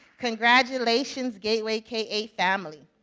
congratulations gateway k eight family.